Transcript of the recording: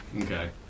Okay